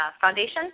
foundation